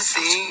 See